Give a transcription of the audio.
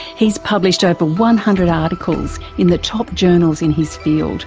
he's published over one hundred articles in the top journals in his field